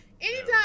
Anytime